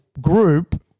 group